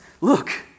Look